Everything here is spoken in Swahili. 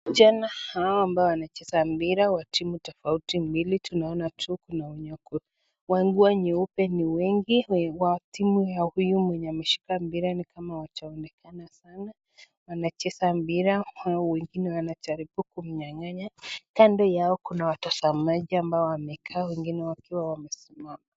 Vijana hawa ambao wanacheza mpira wa timu tafouti mbili. Tunaona tu kuna wenye wako na manguo nyeupe ni wengi, wa timu wa huyu ambaye ameshika mpira ni kama hawajeonekana sana . Wanacheza mpira hawa wengine wanajiribu kunyanganya . Kando yao kuna watazamaji ambao wakea wengine wakiwa wamesimama.